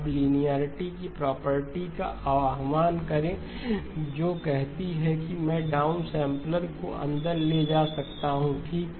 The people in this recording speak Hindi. अब लिनियेरिटी की प्रॉपर्टी का आह्वान करें जो कहती है कि मैं डाउनसैंपलर को अंदर ले जा सकता हूं ठीक